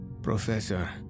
Professor